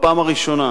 בפעם הראשונה,